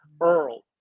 Earl